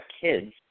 kids